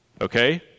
Okay